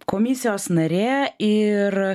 komisijos narė ir